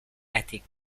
ethic